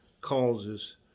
Causes